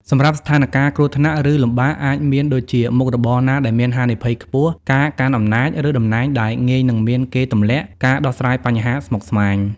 សម្រាប់ស្ថានការណ៍គ្រោះថ្នាក់ ឬលំបាក អាចមានដូចជាមុខរបរណាដែលមានហានិភ័យខ្ពស់ ការកាន់អំណាច ឬតំណែងដែលងាយនឹងមានគេទម្លាក់ ការដោះស្រាយបញ្ហាស្មុគស្មាញ។